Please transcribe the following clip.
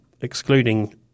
excluding